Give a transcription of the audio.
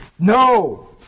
No